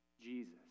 Jesus